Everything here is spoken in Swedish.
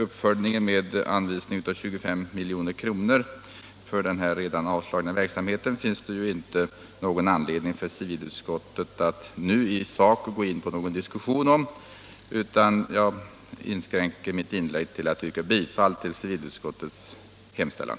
Uppföljningen med anvisningen av 25 milj.kr. för detta redan avslagna förslag till verksamhet finns det ju inte någon anledning för civilutskottet att nu gå in på någon diskussion om i sak. Jag inskränker därför mitt inlägg till att yrka bifall till civilutskottets hemställan.